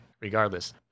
regardless